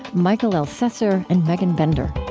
mikel elcessor, and megan bender